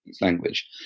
language